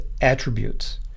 attributes